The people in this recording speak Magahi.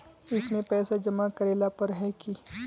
इसमें पैसा जमा करेला पर है की?